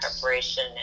preparation